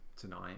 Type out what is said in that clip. tonight